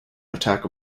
attack